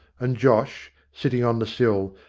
and josh, sitting on the sill,